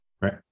right